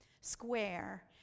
square